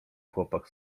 chłopak